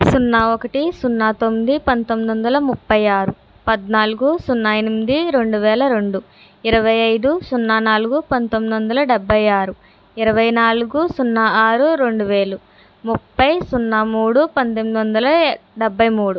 సున్నా ఒకటి సున్నాతొమ్మిది పంతొమ్మిది వందల ముప్పై ఆరు పద్నాలుగు సున్నా ఎనిమిది రెండు వేల రెండు ఇరవై ఐదు సున్నా నాలుగు పంతొమ్మిది వందల డెబ్భై ఆరు ఇరవై నాలుగు సున్నా ఆరు రెండు వేలు ముప్పై సున్నా మూడు పంతొమ్మిది వందల డెబ్భై మూడు